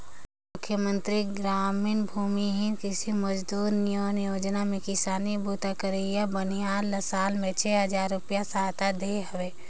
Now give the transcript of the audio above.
मुख्यमंतरी गरामीन भूमिहीन कृषि मजदूर नियाव योजना में किसानी बूता करइया बनिहार ल साल में छै हजार रूपिया सहायता देहे हवे